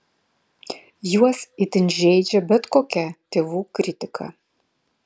juos itin žeidžia bet kokia tėvų kritika